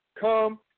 come